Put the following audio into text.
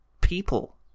people